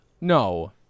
No